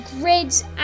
grids